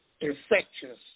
infectious